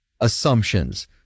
assumptions